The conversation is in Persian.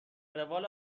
روال